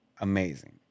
Amazing